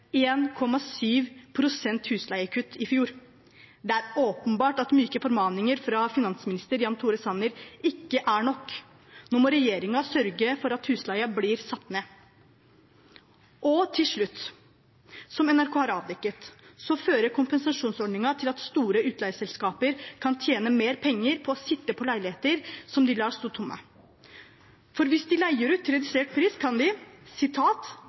husleiekutt i fjor. Det er åpenbart at myke formaninger fra finansminister Jan Tore Sanner ikke er nok. Nå må regjeringen sørge for at husleien blir satt ned. Til slutt: Som NRK har avdekket, fører kompensasjonsordningen til at store utleieselskaper kan tjene mer penger på å sitte på leiligheter som de lar stå tomme. For hvis de leier ut til redusert pris, kan de